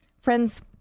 Friends